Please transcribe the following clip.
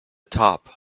top